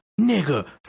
nigga